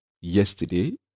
yesterday